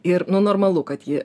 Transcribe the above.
ir nu normalu kad ji